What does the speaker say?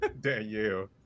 Danielle